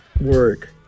work